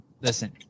Listen